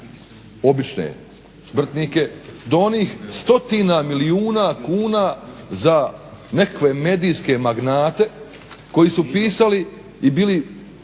obične smrtnike do onih stotina milijuna kuna za nekakve medijske magnate koji su pisali i bili